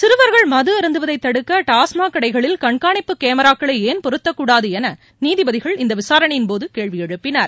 சிறுவர்கள் மது அருந்துவதை தடுக்க டாஸ்மாக் கடைகளில் கண்காணிப்பு கேமிராக்களை ஏன் பொருத்தக்கூடாது என நீதிபதிகள் இந்த விசாரணையின் போது கேள்வி எழுப்பினர்